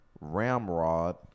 Ramrod